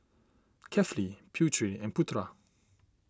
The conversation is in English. Kefli Putri and Putra